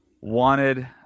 wanted